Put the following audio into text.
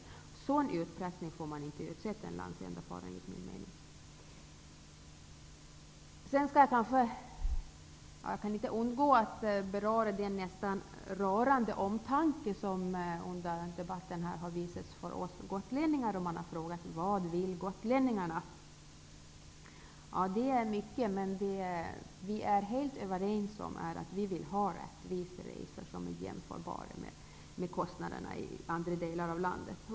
En sådan utpressning får man inte utsätta en landsända för. Jag kan inte undgå att beröra den nästan rörande omtanke som under debatten har visats för gotlänningar. Man har frågat: Vad vill gotlänningarna? Det är mycket, men vi är helt överens om att vi vill ha rättvisa kostnader för resor, som är jämförbara med kostnaderna i andra delar av landet.